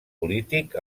polític